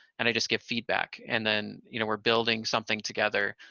and i just give feedback, and then you know we're building something together,